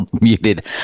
muted